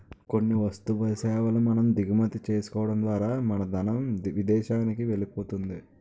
కొన్ని వస్తు సేవల మనం దిగుమతి చేసుకోవడం ద్వారా మన ధనం విదేశానికి వెళ్ళిపోతుంది